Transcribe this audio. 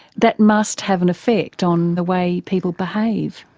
that must have an effect on the way people behave.